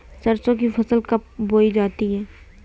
सरसों की फसल कब बोई जाती है?